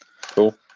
Cool